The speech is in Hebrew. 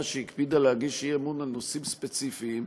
שהקפידה להגיש אי-אמון על נושאים ספציפיים,